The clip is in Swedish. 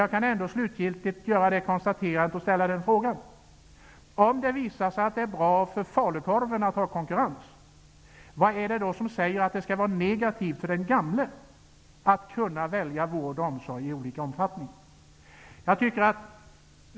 Jag kan ändå slutgiltigt konstatera, och ställa frågan: Om det visar sig att det är bra för falukorven med konkurrens, vad är det då som säger att det skulle vara negativt för den gamle att kunna välja vård och omsorg i olika omfattning?